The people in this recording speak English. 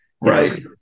right